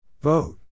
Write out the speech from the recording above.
Vote